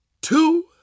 two